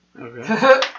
Okay